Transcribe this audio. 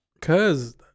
Cause